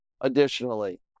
Additionally